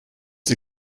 sie